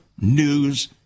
news